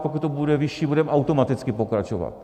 Pokud to bude vyšší, budeme automaticky pokračovat.